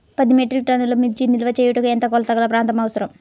పది మెట్రిక్ టన్నుల మిర్చి నిల్వ చేయుటకు ఎంత కోలతగల ప్రాంతం అవసరం?